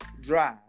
drive